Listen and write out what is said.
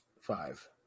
Five